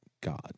God